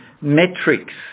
metrics